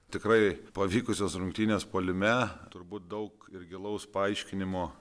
tikrai pavykusios rungtynės puolime turbūt daug ir gilaus paaiškinimo